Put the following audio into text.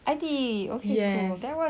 I_T_E okay that was